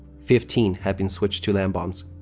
fifteen have been switched to land bombs.